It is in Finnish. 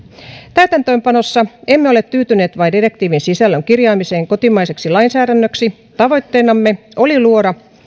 täytäntöönpanossa emme ole tyytyneet vain direktiivin sisällön kirjaamiseen kotimaiseksi lainsäädännöksi tavoitteenamme oli luoda